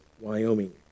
Wyoming